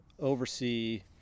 oversee